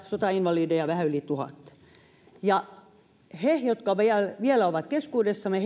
sotainvalideja vähän yli tuhat ja heidän eteensä jotka vielä ovat keskuudessamme